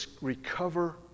recover